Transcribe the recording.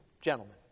gentlemen